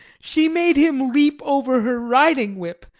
she made him leap over her riding whip,